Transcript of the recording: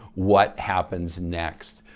what happens next?